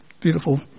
beautiful